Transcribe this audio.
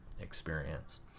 experience